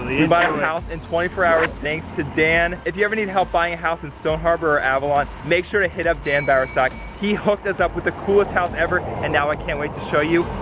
bought a house in twenty four hours thanks to dan. if you ever need help buying a house in stone harbor or avalon, make sure to hit up dan bowersock. he hooked us up with the coolest house ever and now i can't wait to show you.